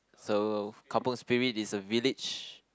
so kampung spirit is a village